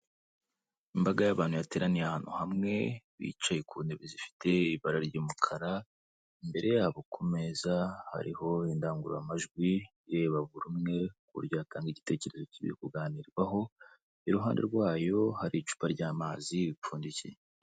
Imbaga y'abantu yateraniye ahantu hamwe, bicaye ku ntebe zifite ibara ry'umukara. Imbere yabo ku meza hariho indangururamajwi ireba buri umwe, ku buryo yatanga igitekerezo kibigiye kuganirwaho. Iruhande rwayo hari icupa ry'amazi ripfundikiye.